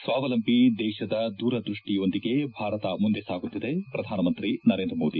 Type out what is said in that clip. ಸ್ವಾವಲಂಬಿ ದೇಶದ ದೂರದೃಷ್ಟಿಯೊಂದಿಗೆ ಭಾರತ ಮುಂದೆ ಸಾಗುತ್ತಿದೆ ಪ್ರಧಾನ ಮಂತ್ರಿ ನರೇಂದ್ರ ಮೋದಿ